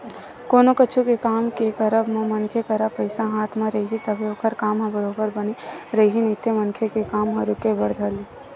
कोनो कुछु के काम के करब म मनखे करा पइसा हाथ म रइही तभे ओखर काम ह बरोबर बने रइही नइते मनखे के काम ह रुके बर धर लिही